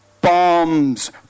Bombs